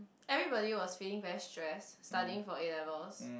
everybody was feeling very stressed studying for A-levels